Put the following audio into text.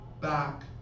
back